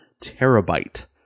terabyte